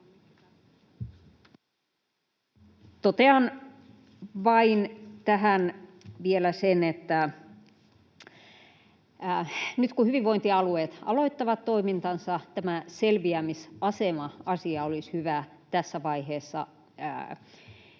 Totean vain tähän vielä, että nyt, kun hyvinvointialueet aloittavat toimintansa, tämä selviämisasema-asia olisi hyvä tässä vaiheessa